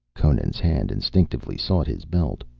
conan's hand instinctively sought his belt,